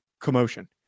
commotion